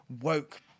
woke